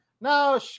Now